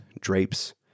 drapes